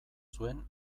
zuen